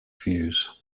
views